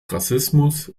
rassismus